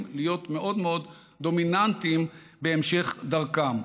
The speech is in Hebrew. להיות מאוד מאוד דומיננטיים בהמשך דרכם.